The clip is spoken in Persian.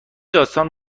داستان